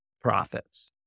profits